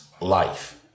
life